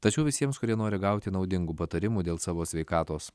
tačiau visiems kurie nori gauti naudingų patarimų dėl savo sveikatos